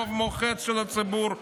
רוב מוחץ של הציבור,